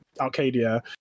Arcadia